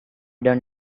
done